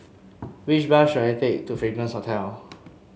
which bus should I take to Fragrance Hotel